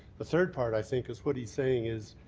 the third part i think is what he's saying is